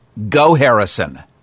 GoHarrison